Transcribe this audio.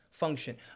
function